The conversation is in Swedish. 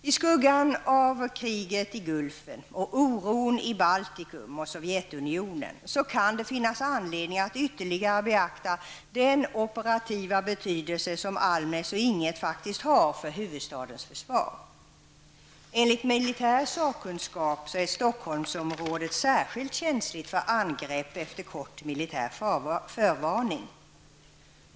I skuggan av kriget i Gulfen och oron i Baltikum och Sovjetunionen kan det finnas anledning att ytterligare beakta den operativa betydelse som Enligt militär sakkunskap är Stockholmsområdet särskilt känsligt för angrepp efter kort militär förvarning.